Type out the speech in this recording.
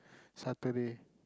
Saturday